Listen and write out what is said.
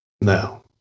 No